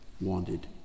wanted